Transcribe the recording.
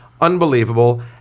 unbelievable